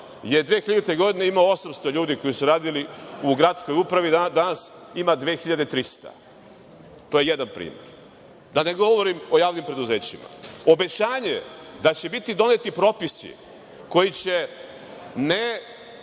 je 2000. godine imao 800 ljudi koji su radili u gradskoj upravi, a danas ima 2.300. To je jedan primer. Da ne govorim o javnim preduzećima. Obećanje da će biti doneti propisi koji će